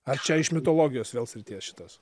ar čia iš mitologijos vėl srities šitas